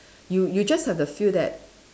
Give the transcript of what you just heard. you you just have the feel that